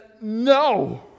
no